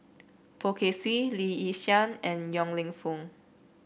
Poh Kay Swee Lee Yi Shyan and Yong Lew Foong